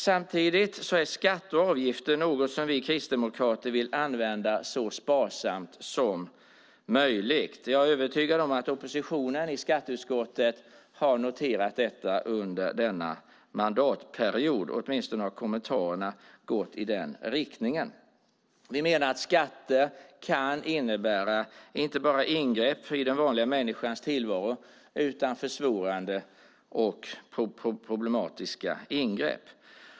Samtidigt är skatter och avgifter något som vi kristdemokrater vill använda så sparsamt som möjligt. Jag är övertygad om att oppositionen i skatteutskottet har noterat detta under denna mandatperiod. Åtminstone har kommentarerna gått i den riktningen. Vi menar att skatter kan innebära inte bara ingrepp i den vanliga människans tillvaro utan försvårande och problematiska ingrepp.